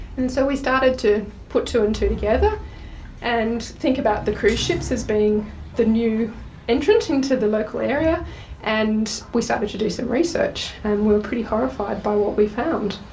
and so we started to put two and two together and think about the cruise ships as being the new entrant into the local area and we started to do some research, and we were pretty horrified by what we found.